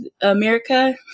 America